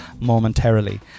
momentarily